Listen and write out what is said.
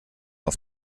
auf